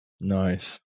Nice